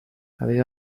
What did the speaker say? aveva